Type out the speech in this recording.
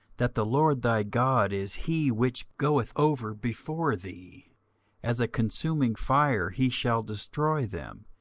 that the lord thy god is he which goeth over before thee as a consuming fire he shall destroy them,